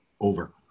over